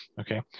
okay